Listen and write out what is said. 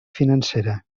financera